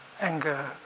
anger